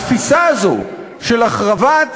התפיסה הזאת של החרבת